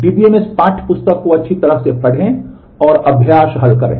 DBMS पाठ्यपुस्तक को अच्छी तरह से पढ़ें और अभ्यास हल करें